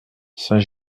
saint